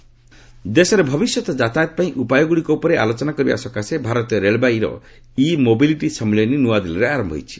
ଇ mobility ଦେଶରେ ଭବିଷ୍ୟତ କାତାୟତ ପାଇଁ ଉପାୟଗ୍ରଡ଼ିକ ଉପରେ ଆଲୋଚନା କରିବା ସକାଶେ ଭାରତୀୟ ରେଳବାଇର ଇ ମୋବିଲିଟି ସମ୍ମିଳନୀ ନୂଆଦିଲ୍ଲୀରେ ଆରମ୍ଭ ହୋଇଛି